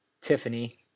Tiffany